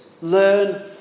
learn